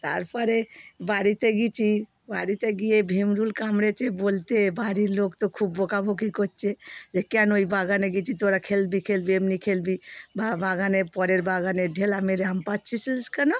তারপরে বাড়িতে গেছি বাড়িতে গিয়ে ভিমরুল কামড়েছে বলতে বাড়ির লোক তো খুব বকাবকি করছে যে কেন ওই বাগানে গেছিস তোরা খেলবি খেলবি এমনি খেলবি বা বাগানে পরের বাগানেের ঢেলা মেরে আম পাড়ছিলিস কেন